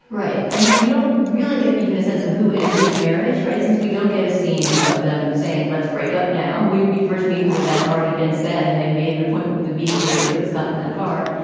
right? i mean, you don't really get even a sense of who ended the marriage, right, since we don't get a scene of them saying, let's break up now. we we first meet the one that's already been said and i've made an appointment with a mediator. so it's gotten that far.